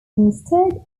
administered